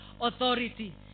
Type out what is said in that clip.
authority